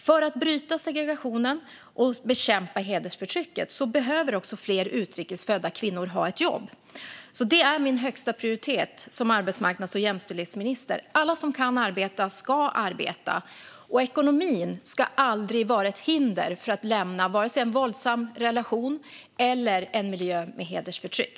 För att bryta segregationen och bekämpa hedersförtrycket behöver också fler utrikesfödda kvinnor ha ett jobb. Det är min högsta prioritet som arbetsmarknads och jämställdhetsminister att alla som kan arbeta ska arbeta. Och ekonomin ska aldrig vara ett hinder för att lämna en våldsam relation eller en miljö med hedersförtryck.